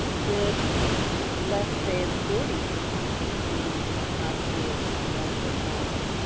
to less than forty percent needing high school graduate knowledge,